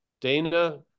Dana